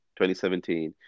2017